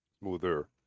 Smoother